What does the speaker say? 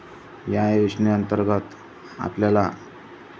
या योजनेअंतर्गत आपल्याला